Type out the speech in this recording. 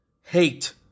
hate